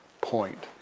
point